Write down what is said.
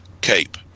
cape